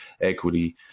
equity